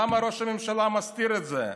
למה ראש הממשלה מסתיר את זה?